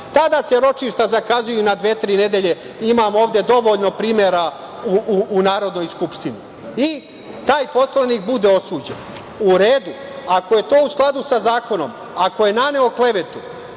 Tada se ročišta zakazuju na dve, tri nedelje, imamo ovde dovoljno primera u Narodnoj skupštini, i taj poslanik bude osuđen.U redu, ako je to u skladu sa zakonom, ako je naneo klevetu,